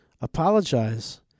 apologize